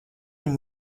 him